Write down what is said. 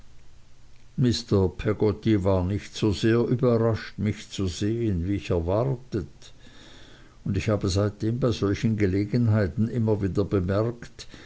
mr peggotty war nicht so sehr überrascht mich zu sehen wie ich erwartete und ich habe seitdem bei solchen gelegenheiten immer wieder bemerkt